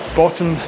bottom